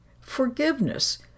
forgiveness